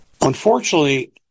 Unfortunately